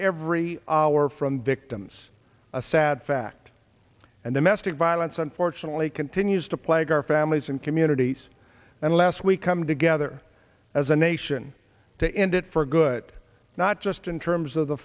every hour from victims a sad fact and the mastic violence unfortunately continues to plague our families and communities unless we come together as a nation to end it for good not just in terms of the